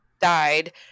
died